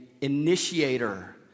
initiator